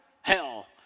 Hell